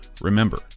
Remember